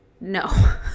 no